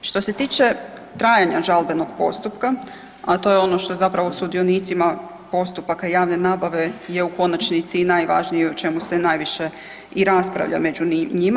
Što se tiče trajanja žalbenog postupka, a to je ono što zapravo sudionicima postupaka javne nabave je u konačnici i najvažnije i o čemu se najviše i raspravlja među njima.